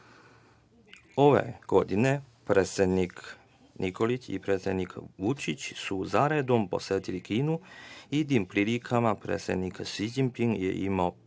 godine predsednik Nikolić i predsednik Vučić su zaredom posetili Kinu i tim prilikama predsednik Si Đinping je imao